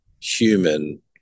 human